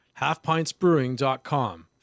Halfpintsbrewing.com